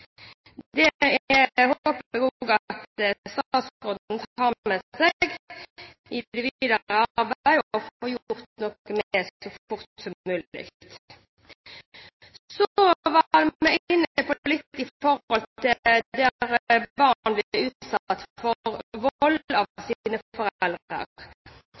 håper jeg statsråden tar med seg i det videre arbeidet og får gjort noe med så fort som mulig. Vi var litt inne på det at barn blir utsatt for vold fra sine foreldre.